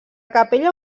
capella